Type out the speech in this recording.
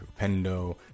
Pendo